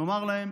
נאמר להם: